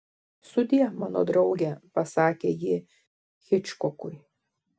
sudie mano drauge pasakė ji hičkokui